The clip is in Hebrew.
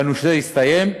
שהנושא הסתיים,